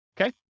Okay